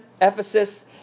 Ephesus